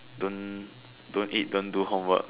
don't don't eat don't do homework